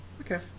okay